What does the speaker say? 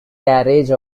garage